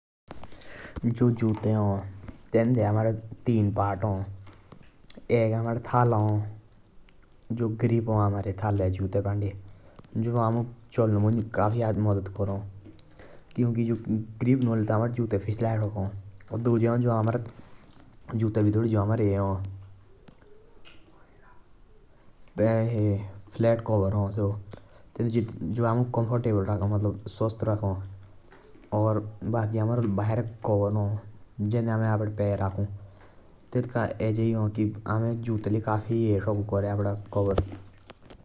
जो जूते ह तेन्दे हमारे तीन पार्ट ह। थला है जेतुक अमे ग्रिप बोलु। और दुई सौ जो फ्लैट कवर ह। बाकी हमारा बाहरे कवर ह जिन्दे ए अपड़े पर रखु।